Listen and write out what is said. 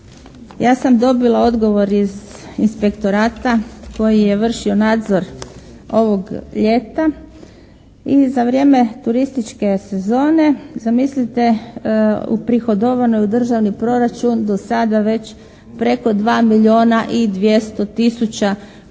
Ja sam dobila odgovor iz inspektorata koji je vršio nadzor ovog ljeta i za vrijeme turističke sezone zamislite uprihodovano je u državni proračun do sada već preko 2 milijuna i 200 tisuća